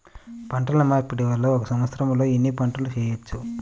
పంటమార్పిడి వలన ఒక్క సంవత్సరంలో ఎన్ని పంటలు వేయవచ్చు?